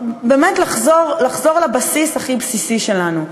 באמת לחזור לבסיס הכי בסיסי שלנו.